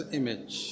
image